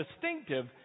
distinctive